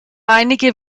einige